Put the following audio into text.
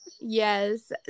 Yes